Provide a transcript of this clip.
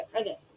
Okay